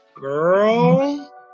Girl